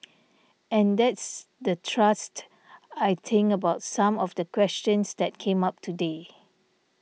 and that's the thrust I think about some of the questions that came up today